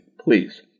please